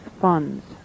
funds